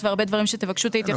ויש הרבה דברים שתבקשו את ההתייחסות.